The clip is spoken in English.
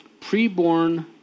Preborn